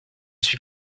suis